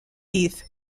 heath